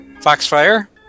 Foxfire